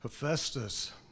Hephaestus